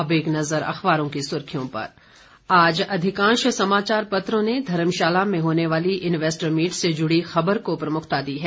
अब एक नजर अखबारों की सुर्खियों पर आज अधिकांश समाचार पत्रों ने धर्मशाला में होने वाली इंवेस्टर मीट से जुड़ी खबर को प्रमुखता दी है